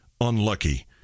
unlucky